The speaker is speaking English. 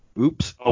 Oops